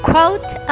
Quote